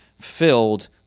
filled